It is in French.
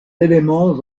éléments